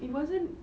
it wasn't